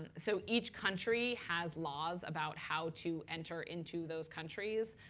and so each country has laws about how to enter into those countries.